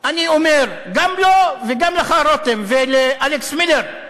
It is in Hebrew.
אני אומר גם לו וגם לך, רותם, ולאלכס מילר,